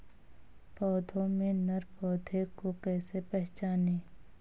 पौधों में नर पौधे को कैसे पहचानें?